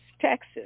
texas